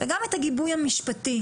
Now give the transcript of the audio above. וגם את הגיבוי המשפטי,